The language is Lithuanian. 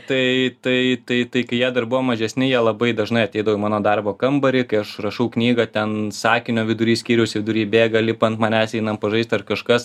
tai tai tai tai kai jie dar buvo mažesni jie labai dažnai ateidavo į mano darbo kambarį kai aš rašau knygą ten sakinio vidury skyriaus vidury bėga lipa ant manęs einam pažaisti ar kažkas